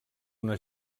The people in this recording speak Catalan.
una